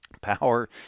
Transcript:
power